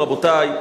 רבותי,